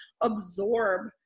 absorb